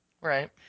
Right